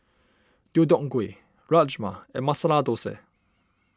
Deodeok Gui Rajma and Masala Dosa